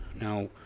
Now